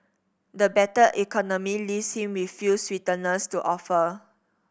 the battered economy leaves him with few sweeteners to offer